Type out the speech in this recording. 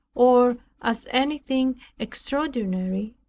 or as anything extraordinary,